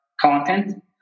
content